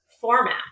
format